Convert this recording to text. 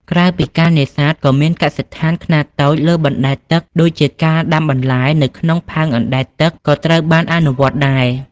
ក្រៅពីការនេសាទ ក៏មានកសិកម្មខ្នាតតូចលើបណ្ដែតទឹកដូចជាការដាំបន្លែនៅក្នុងផើងអណ្ដែតទឹកក៏ត្រូវបានអនុវត្តដែរ។